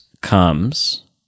comes